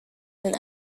than